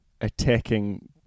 attacking